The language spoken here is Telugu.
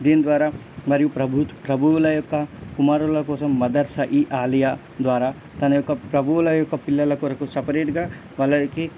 దీని ద్వారా మరియు ప్రభు ప్రభువుల యొక్క కుమారుల కోసం మదర్సా ఇ ఆలియా ద్వారా తన యొక్క ప్రభువుల యొక్క పిల్లల కొరకు సపరేటుగా వాళ్ళకి